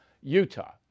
Utah